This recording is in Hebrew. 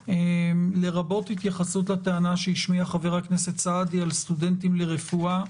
לרבות התייחסות לטענה שהשמיע חבר הכנסת סעדי על סטודנטים לרפואה,